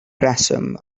reswm